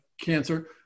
cancer